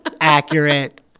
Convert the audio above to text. Accurate